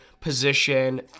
position